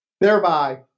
Thereby